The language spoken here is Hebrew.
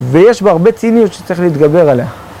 ויש בו הרבה ציניות שצריך להתגבר עליה.